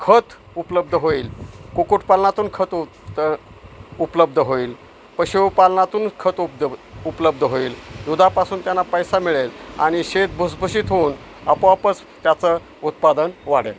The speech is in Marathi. खत उपलब्ध होईल कुकुटपालनातून खत उत उपलब्ध होईल पशुपालनातून खत उपद उपलब्ध होईल दुधापासून त्यांना पैसा मिळेल आणि शेत भुसभुशीत होऊन आपोआपच त्याचं उत्पादन वाढेल